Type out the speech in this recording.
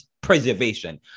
preservation